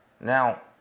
now